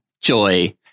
Joy